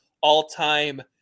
all-time